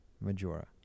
majora